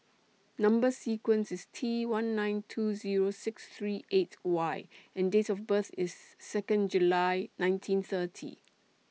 Number sequence IS T one nine two Zero six three eight Y and Date of birth IS Second July nineteen thirty